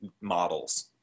models